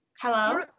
hello